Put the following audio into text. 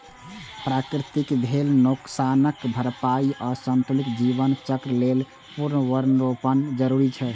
प्रकृतिक भेल नोकसानक भरपाइ आ संतुलित जीवन चक्र लेल पुनर्वनरोपण जरूरी छै